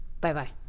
Bye-bye